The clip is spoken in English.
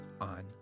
on